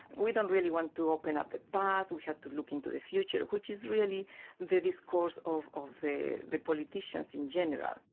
we don't really want to open up the past. we have to look into the future which is really the discourse of ah the the politicians in general.